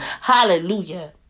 hallelujah